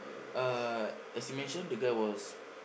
uh as you mention the guy was